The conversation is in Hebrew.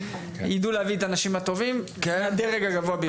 ידעו להביא את האנשים הטובים מהדרג הגבוה ביותר.